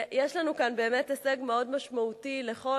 יש לנו כאן באמת הישג מאוד משמעותי לכל